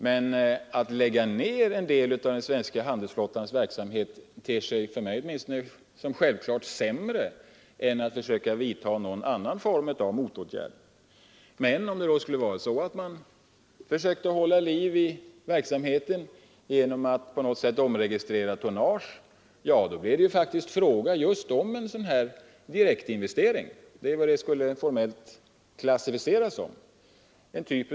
Men att lägga ned en del av den svenska handelsflottans verksamhet ter sig självklart sämre än att försöka vidta någon annan form av motåtgärd. Men försöker man hålla liv i verksamheten genom att på något sätt omregistrera tonnage, då blir det faktiskt fråga om en direktinvestering. Formellt skulle det klassificeras som en sådan.